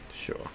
Sure